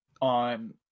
on